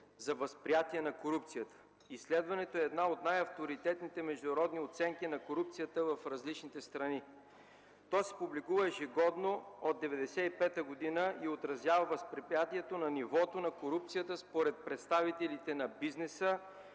за възприятието на корупцията. Изследването е една от най-авторитетните международни оценки на корупцията в различните страни. То се публикува ежегодно от 1995 г. и отразява възприятието на нивото на корупцията според представителите на бизнеса,